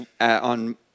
On